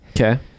okay